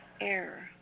error